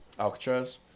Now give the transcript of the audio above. Alcatraz